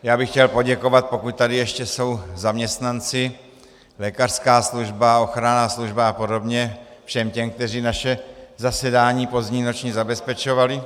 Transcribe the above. Já bych chtěl poděkovat, pokud tady ještě jsou zaměstnanci lékařská služba, ochranná služba a podobně všem těm, kteří naše pozdní noční zasedání zabezpečovali.